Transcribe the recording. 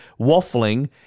waffling